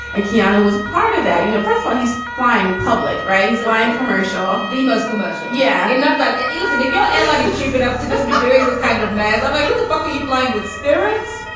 and quijano was part of that. you know, first, why he's flying public. right. he's flying commercial the most commercial. yeah. enough that he doesn't have your and money cheap enough to just be doing this kind of mass i'm like, who the fuck are you flying with spirits